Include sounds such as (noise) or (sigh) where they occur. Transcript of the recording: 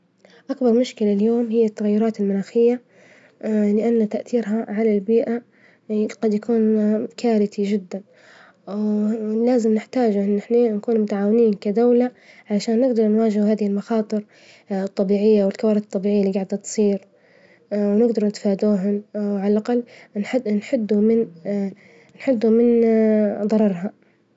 أكبر مشكلة اليوم هي التغيرات المناخية (hesitation) لأن تأثيرها على البيئة (hesitation) قد يكون (hesitation) كارثي جدا (hesitation) لازم نحتاجه إن إحنا نكون متعاونين كدولة عشان نجدر نواجه هذه المخاطر (hesitation) الطبيعية والكوارث الطبيعية إللي جاعدة تصير (hesitation) ونجدر نتفادوهن (hesitation) على الأقل نحدوا من (hesitation) نحدوا من (hesitation) ظررها.